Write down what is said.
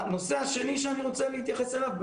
הנושא השני שאני רוצה להתייחס אליו,